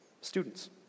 Students